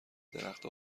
درخت